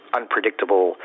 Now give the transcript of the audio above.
unpredictable